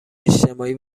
اجتماعی